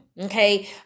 Okay